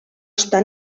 està